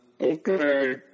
Okay